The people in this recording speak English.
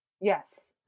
Yes